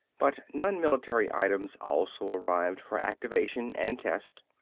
but non-military items also arrived for activation and test.